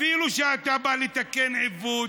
אפילו כשאתה בא לתקן עיוות.